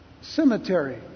cemetery